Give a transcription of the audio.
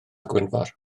gwynfor